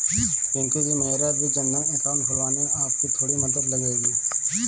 पिंकी जी मेरा भी जनधन अकाउंट खुलवाने में आपकी थोड़ी मदद लगेगी